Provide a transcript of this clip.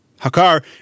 Hakkar